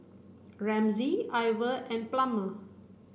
Ramsey Iver and Plummer